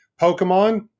pokemon